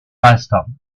meister